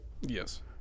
Yes